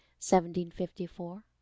1754